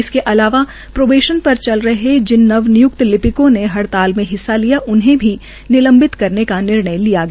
इसके अलावा प्रोबेशन पर चल रहे जिन नव निय्क्त लिपिकों ने हड़ताल में हिस्सा लिया उन्हें भी निलम्बित करने का निर्णय लिया गया